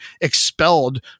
expelled